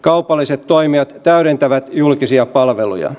kaupalliset toimijat täydentävät julkisia palveluja